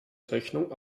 rechnung